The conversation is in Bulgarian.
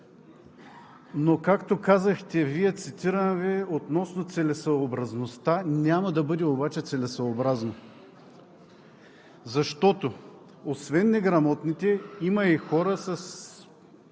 но както казахте Вие, цитирам Ви относно целесъобразността, няма да бъде обаче целесъобразно, защото освен неграмотните има и хора,